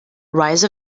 rise